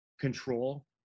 control